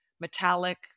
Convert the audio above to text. metallic